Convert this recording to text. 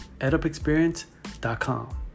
edupexperience.com